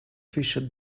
fisher